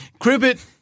Cribbit